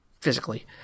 physically